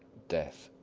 death.